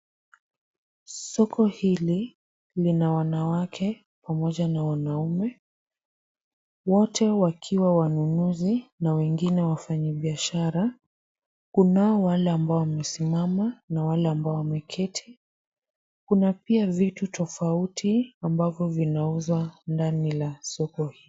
Soko hili lina wanawake pamoja na wanaume, wote wakiwa wanunuzi na wengine wafanyi biashara. Kunao wale ambao wamesimama na wale ambao wameketi. Kuna pia vitu tofauti ambavyo vinauzwa ndani ya soko hili.